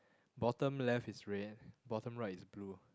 bottom left is red bottom right is blue